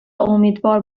امیدوار